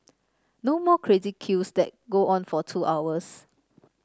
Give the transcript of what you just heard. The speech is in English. no more crazy queues that go on for two hours